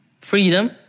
Freedom